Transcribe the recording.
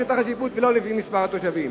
לא בשטח השיפוט ולא במספר התושבים.